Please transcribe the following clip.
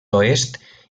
oest